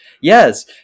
Yes